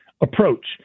approach